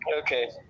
Okay